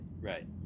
right